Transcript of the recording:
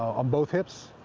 on both hips.